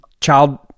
child